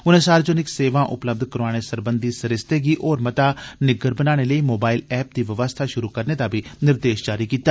उनें सार्वजनिक सेवां उपलब्ध कराने सरबंधी सरिस्ते गी होर मता निग्गर बनाने लेई मोबाइल ऐप दी बवस्था शुरू करने दा बी निर्देश जारी कीता